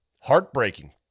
heartbreaking